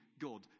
God